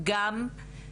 בנוסף,